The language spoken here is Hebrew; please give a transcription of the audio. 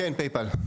כן, "פייפאל".